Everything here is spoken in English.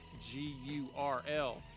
g-u-r-l